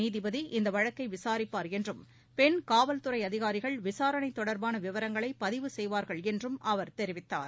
நீதிபதி இவ்வழக்கைவிசாரிப்பார் பெண் என்றம் பெண் காவல்துறைஅதிகாரிகள் விசாரணைதொடர்பானவிவரங்களைபதிவு செய்வார்கள் என்றும் அவர் அவர் தெரிவித்தார்